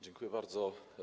Dziękuję bardzo.